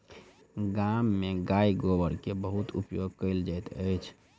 गाम में गाय गोबर के बहुत उपयोग कयल जाइत अछि